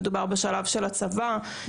בשלב הצבא,